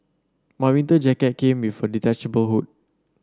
my winter jacket came with a detachable hood